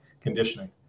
conditioning